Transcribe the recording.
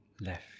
left